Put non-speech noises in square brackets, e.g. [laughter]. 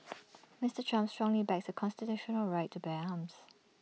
[noise] Mister Trump strongly backs the constitutional right to bear arms